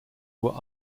were